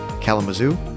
Kalamazoo